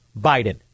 Biden